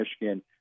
Michigan